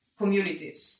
communities